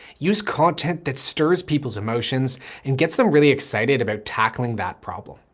use content that stirs people's emotions and gets them really excited about tackling that problem.